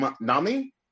Nami